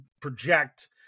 project